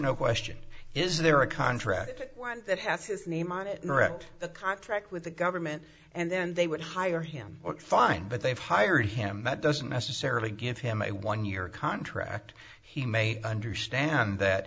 no question is there a contract that has his name on it the contract with the government and then they would hire him or fine but they've hired him that doesn't necessarily give him a one year contract he may understand that